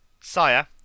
Sire